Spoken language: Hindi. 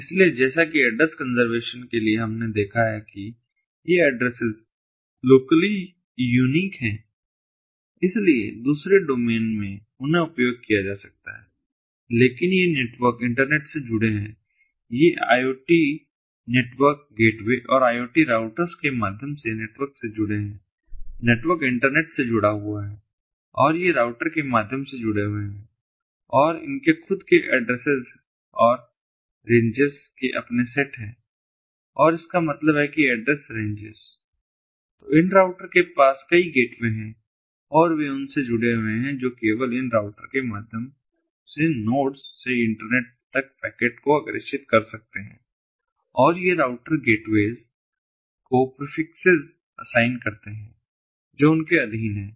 इसलिए जैसा कि एड्रेस कंजर्वेशन के लिए हमने देखा है कि ये एड्रेस्सेस लोकली यूनीक हैं लेकिन इन्हें दूसरे डोमेन में पुन उपयोग किया जा सकता है लेकिन ये नेटवर्क इंटरनेट से जुड़े हैं ये IoT नेटवर्क गेटवे और IoT राउटर्स के माध्यम से नेटवर्क से जुड़े हैं नेटवर्क इंटरनेट से जुड़ा हुआ है और ये राउटर के माध्यम से जुड़े हुए हैं और इनके खुद के एड्रेस्सेस और रेंजस के अपने सेट हैं और इसका मतलब है कि एड्रेस रेंजस तो इन राउटर के पास कई गेटवे हैं और वे उनसे जुड़े हुए हैं जो केवल इन राउटर के माध्यम से नोड्स से इंटरनेट तक पैकेट को अग्रेषित कर सकते हैं और ये राउटर गेटवेस को प्रीफ़िक्सेस असाइन करते हैं जो उनके अधीन हैं